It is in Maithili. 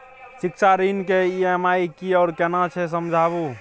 शिक्षा ऋण के ई.एम.आई की आर केना छै समझाबू?